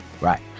Right